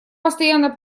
постоянно